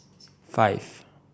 five